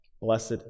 Blessed